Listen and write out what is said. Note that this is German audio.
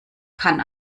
kann